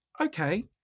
Okay